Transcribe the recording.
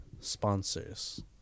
sponsors